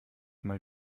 mal